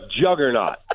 juggernaut